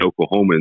oklahomans